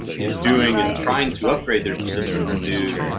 is doing in trying to upgrade their system to do,